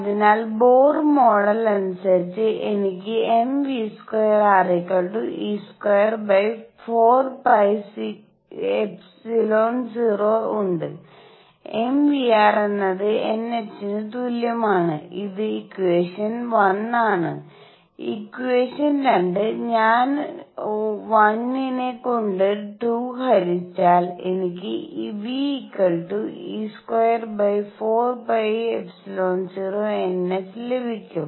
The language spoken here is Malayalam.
അതിനാൽ ബോർ മോഡൽ അനുസരിച്ച് എനിക്ക് mv²re²4πε₀ ഉണ്ട് mvr എന്നത് nh ന് തുല്യമാണ് ഇത് ഇക്യുയേഷൻ 1 ആണ് ഇക്യുയേഷൻ 2ഞാൻ 1 നെ 2 കൊണ്ട് ഹരിച്ചാൽ എനിക്ക് ve²4πε₀nh ലഭിക്കും